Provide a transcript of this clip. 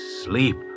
sleep